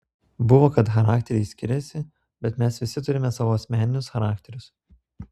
buvo kad charakteriai skiriasi bet mes visi turime savo asmeninius charakterius